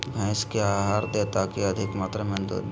भैंस क्या आहार दे ताकि अधिक मात्रा दूध दे?